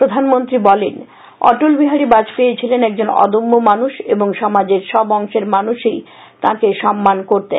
প্রধানমন্ত্রী বলেন অটল বিহারী বাজপেয়ী ছিলেন একজন অদম্য মানুষ এবং সমাজের সব অংশের মানুষই তাঁকে সম্মান করতেন